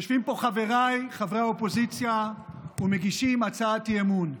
יושבים פה חבריי חברי האופוזיציה ומגישים הצעת אי-אמון.